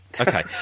Okay